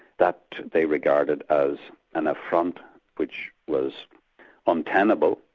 that they regarded as an affront which was untenable,